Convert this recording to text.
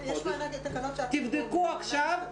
תבדקו עכשיו,